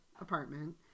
apartment